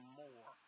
more